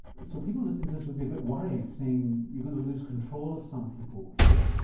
so people listening to this will be a bit worried saying you're going to lose control of some people here.